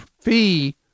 fee